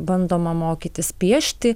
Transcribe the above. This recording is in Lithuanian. bandoma mokytis piešti